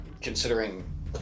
considering